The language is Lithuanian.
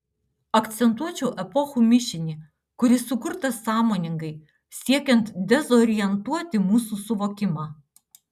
akcentuočiau epochų mišinį kuris sukurtas sąmoningai siekiant dezorientuoti mūsų suvokimą